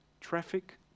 traffic